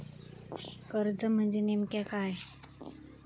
कर्ज म्हणजे नेमक्या काय?